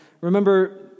Remember